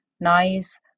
Nice